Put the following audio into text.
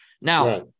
Now